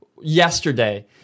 yesterday